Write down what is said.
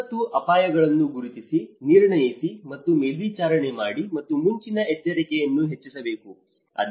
ವಿಪತ್ತು ಅಪಾಯಗಳನ್ನು ಗುರುತಿಸಿ ನಿರ್ಣಯಿಸಿ ಮತ್ತು ಮೇಲ್ವಿಚಾರಣೆ ಮಾಡಿ ಮತ್ತು ಮುಂಚಿನ ಎಚ್ಚರಿಕೆಯನ್ನು ಹೆಚ್ಚಿಸಬೇಕು